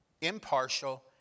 impartial